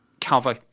cover